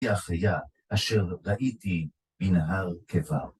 היא החיה אשר ראיתי מנהר כבר.